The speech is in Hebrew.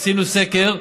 עשינו סקר.